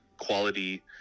quality